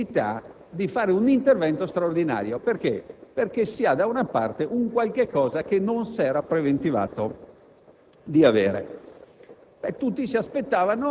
ma c'è la possibilità di realizzare un intervento straordinario, perché si ha da una parte un qualcosa che non si era preventivato di avere?